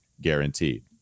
guaranteed